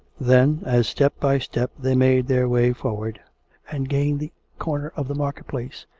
then, as step by step they made their way forward and gained the corner of the market-place,